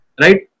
right